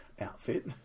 outfit